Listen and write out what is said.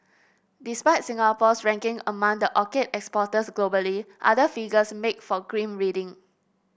despite Singapore's ranking among the orchid exporters globally other figures make for grim reading